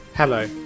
Hello